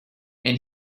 and